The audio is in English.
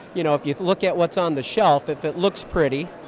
you know, if you look at what's on the shelf, if it looks pretty,